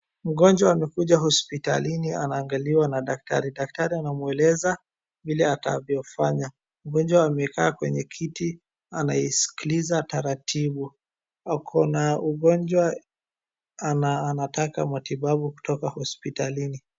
Mgonjwa amekuja hospitalini anaangaliwa na daktari. Daktari anamweleza vile atavyofanya. Mgonjwa amekaa kwenye kiti anaisikiliza taratibu. Akona ugonjwa ana anataka matibabu kutoka hospitalini.